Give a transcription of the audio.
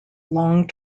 long